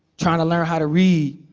trying to learn how to read,